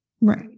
Right